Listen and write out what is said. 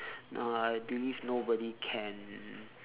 nah I believe nobody can